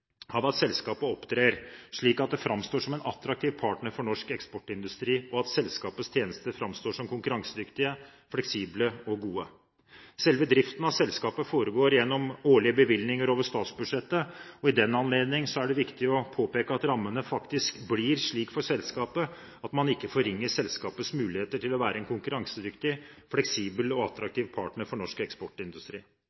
selskapet opptrer slik at det framstår som en attraktiv partner for norsk eksportindustri, og at selskapets tjenester framstår som konkurransedyktige, fleksible og gode. Selve driften av selskapet foregår gjennom årlige bevilgninger over statsbudsjettet. I den anledning er det viktig å påpeke at rammene for selskapet faktisk blir slik at man ikke forringer selskapets muligheter til å være en konkurransedyktig, fleksibel og